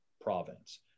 province